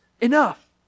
Enough